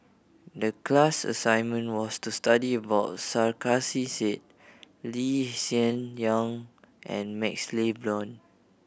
the class assignment was to study about Sarkasi Said Lee Hsien Yang and MaxLe Blond